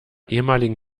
ehemaligen